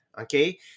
okay